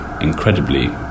incredibly